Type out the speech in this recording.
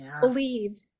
believe